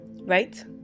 Right